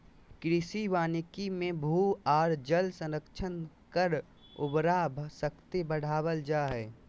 कृषि वानिकी मे भू आर जल संरक्षण कर उर्वरा शक्ति बढ़ावल जा हई